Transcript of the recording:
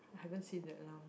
haven't see that around